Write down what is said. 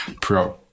pro